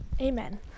amen